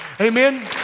Amen